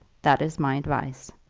that is my advice.